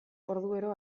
orduero